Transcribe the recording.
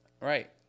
Right